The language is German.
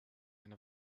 eine